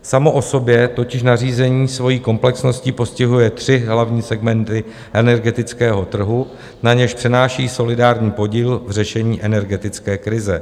Samo o sobě totiž nařízení svojí komplexností postihuje tři hlavní segmenty energetického trhu, na něž přenáší solidární podíl v řešení energetické krize.